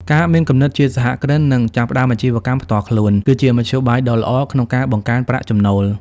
ការមានគំនិតជាសហគ្រិននិងចាប់ផ្ដើមអាជីវកម្មផ្ទាល់ខ្លួន គឺជាមធ្យោបាយដ៏ល្អក្នុងការ បង្កើនប្រាក់ចំណូល។